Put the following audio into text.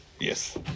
yes